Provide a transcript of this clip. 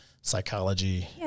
psychology